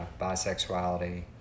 bisexuality